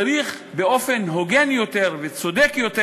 צריך לחלק באופן הוגן יותר וצודק יותר,